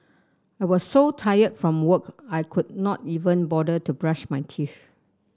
I was so tired from work I could not even bother to brush my teeth